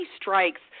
strikes